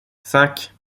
cinq